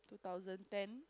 two thousand ten